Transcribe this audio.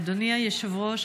אדוני היושב-ראש,